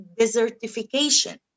desertification